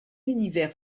univers